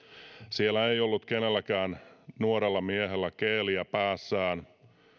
siellä ei ollut kenelläkään nuorella miehellä geeliä päässään